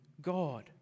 God